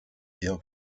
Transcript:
ideal